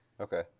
okay